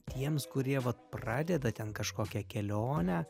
tiems kurie vat pradeda ten kažkokią kelionę